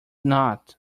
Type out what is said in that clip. not